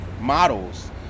models